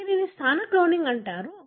దీనిని స్థాన క్లోనింగ్ అంటారు